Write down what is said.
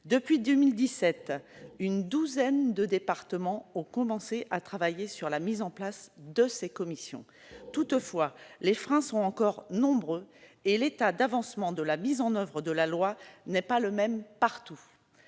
Depuis 2017, une douzaine de départements ont commencé à travailler sur l'installation de ces commissions. Toutefois, les freins sont encore nombreux et l'état d'avancement de la mise en oeuvre de la loi n'est pas le même partout.